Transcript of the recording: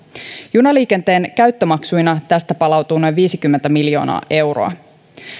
junaliikenteen käyttömaksuina tästä palautuu noin viisikymmentä miljoonaa euroa